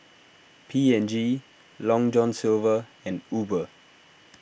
P and G Long John Silver and Uber